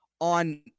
On